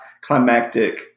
climactic